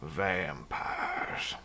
vampires